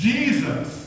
Jesus